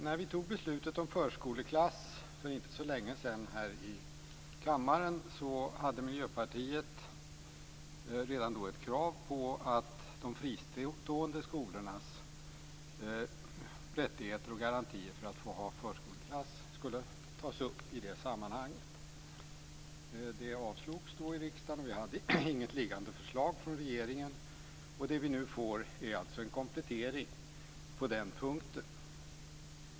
Fru talman! Redan när vi för inte så länge sedan här i kammaren tog beslutet om förskoleklass ställde Miljöpartiet kravet att de fristående skolornas rätt att få ha förskoleklass skulle tas upp. Det avslogs i riksdagen, och det fanns då inget vilande förslag från regeringen. Vad vi nu får är en komplettering på den punkten.